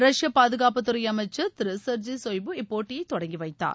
ரஷ்ப பாதுகாப்புத்துறை அமைச்சர் திரு செர்ஜை சொய்பு இப்போட்டியை தொடங்கிவைத்தார்